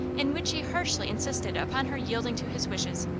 in which he harshly insisted upon her yielding to his wishes,